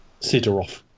Sidorov